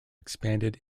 expanded